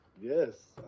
Yes